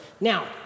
Now